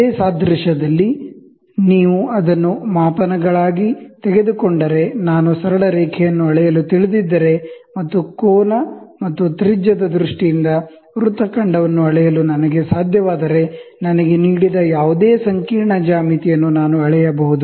ಅದೇ ಸಾದೃಶ್ಯದಲ್ಲಿ ನೀವು ಅದನ್ನು ಮಾಪನಗಳಿಗಾಗಿ ತೆಗೆದುಕೊಂಡರೆ ನಾನು ಸರಳ ರೇಖೆಯನ್ನು ಅಳೆಯಲು ತಿಳಿದಿದ್ದರೆ ಮತ್ತು ಕೋನ ಮತ್ತು ತ್ರಿಜ್ಯದ ದೃಷ್ಟಿಯಿಂದ ವ್ರತ್ತ ಖಂಡವನ್ನು ಅಳೆಯಲು ನನಗೆ ಸಾಧ್ಯವಾದರೆ ನನಗೆ ನೀಡಿದ ಯಾವುದೇ ಸಂಕೀರ್ಣ ಜ್ಯಾಮಿತಿಯನ್ನು ನಾನು ಅಳೆಯಬಹುದು